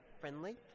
friendly